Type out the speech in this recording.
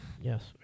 Yes